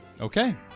Okay